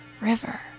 river